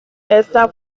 esta